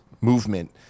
movement